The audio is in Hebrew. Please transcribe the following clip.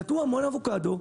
נטעו המון אבוקדו,